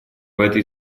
этой